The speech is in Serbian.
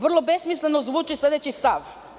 Vrlo besmisleno zvuči sledeći stav.